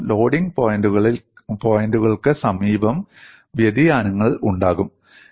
കാരണം ലോഡിംഗ് പോയിന്റുകൾക്ക് സമീപം വ്യതിയാനങ്ങൾ ഉണ്ടാകും